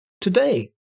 Today